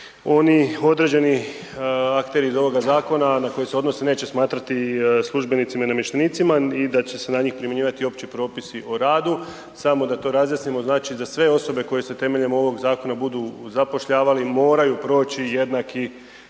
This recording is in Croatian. oni određeni akteri iz ovog zakona neće smatrati službenicima i namještenicima i da će na njih primjenjivati opći propisi o radu. Samo da to razjasnimo, znači za sve osobe koje se temeljem ovog zakona budu zapošljavali moraju proći jednaki